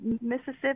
Mississippi